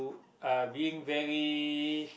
are being very